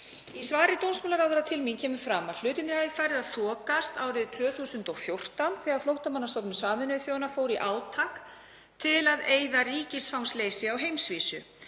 Í svari dómsmálaráðherra til mín kemur fram að hlutirnir hafi farið að þokast árið 2014 þegar Flóttamannastofnun Sameinuðu þjóðanna fór í átak til að eyða ríkisfangsleysi á heimsvísu,